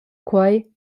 quei